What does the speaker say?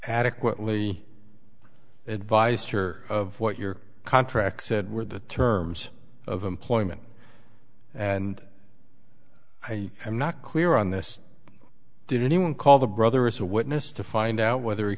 adequately advised her of what your contract said were the terms of employment and i am not clear on this did anyone call the brother was a witness to find out whether he